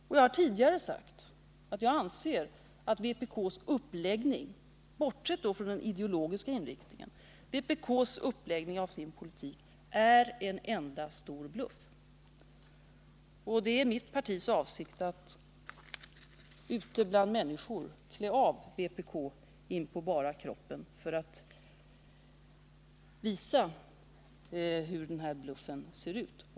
Jag har också tidigare sagt att jag anser att vpk:s uppläggning av sin politik, bortsett från den ideologiska inriktningen, är en enda stor bluff. Mitt partis avsikt är att ute bland människor klä av vpk inpå bara kroppen för att visa hur den här bluffen ser ut.